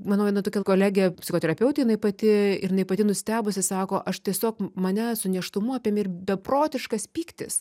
mano viena tokia kolege psichoterapeutė jinai pati ir jinai pati nustebusi sako aš tiesiog mane su nėštumu apėmė ir beprotiškas pyktis